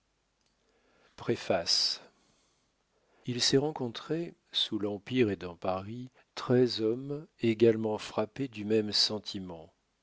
préface il s'est rencontré sous l'empire et dans paris treize hommes également frappés du même sentiment